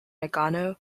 nagano